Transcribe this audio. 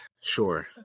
Sure